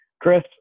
Chris